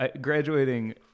Graduating